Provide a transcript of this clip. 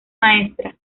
maestra